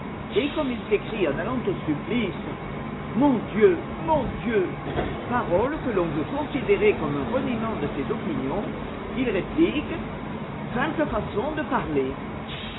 et comme il s'écrie en allant au supplice mon dieu mon dieu paroles que l'on veut considérer comme un reniement de ses opinions il réplique simple façon de parler